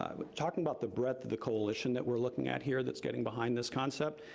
um but talking about the breadth of the coalition that we're looking at here that's getting behind this concept,